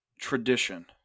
tradition